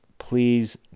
Please